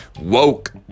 Woke